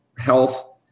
health